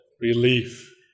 relief